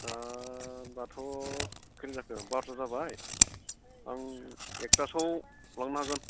होमब्लाथ' खैथा जाखो बार'था जाबाय आं एकथासोआव लांनो हागोन